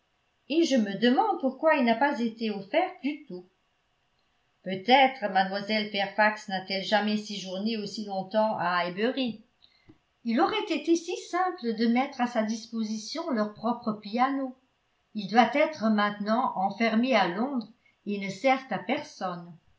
vraiment je me demande pourquoi il n'a pas été offert plus tôt peut-être mlle fairfax n'a-t-elle jamais séjourné aussi longtemps à highbury il aurait été si simple de mettre à sa disposition leur propre piano il doit être maintenant enfermé à londres et ne sert à personne